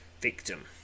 victim